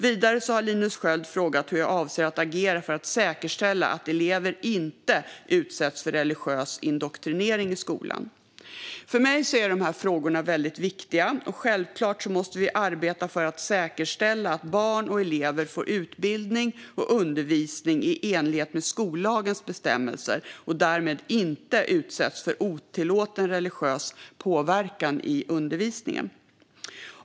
Vidare har Linus Sköld frågat hur jag avser att agera för att säkerställa att elever inte utsätts för religiös indoktrinering i skolan. För mig är dessa frågor väldigt viktiga. Självklart måste vi arbeta för att säkerställa att barn och elever får utbildning och undervisning i enlighet med skollagens bestämmelser och därmed inte utsätts för otillåten religiös påverkan i undervisningen.